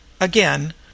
Again